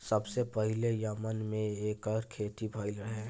सबसे पहिले यमन में एकर खेती भइल रहे